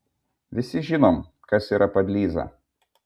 visi žinom kas yra padlyza